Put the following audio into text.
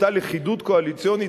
אותה לכידות קואליציונית,